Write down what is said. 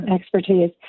expertise